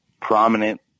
prominent